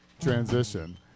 transition